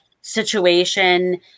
situation